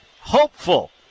hopeful